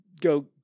go